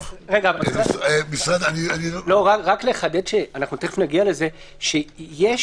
רק לחדד שאין